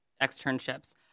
externships